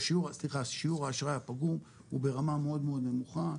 שיעור האשראי הפגום הוא ברמה מאוד נמוכה.